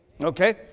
Okay